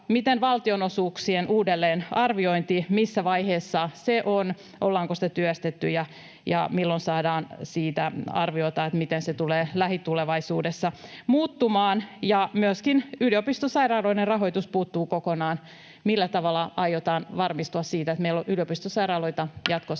Entä valtionosuuksien uudelleenarviointi, missä vaiheessa se on? Ollaanko sitä työstetty, ja milloin saadaan arviota siitä, miten se tulee lähitulevaisuudessa muuttumaan? Myöskin yliopistosairaaloiden rahoitus puuttuu kokonaan. Millä tavalla aiotaan varmistua siitä, että meillä on yliopistosairaaloita jatkossakin?